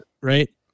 Right